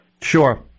Sure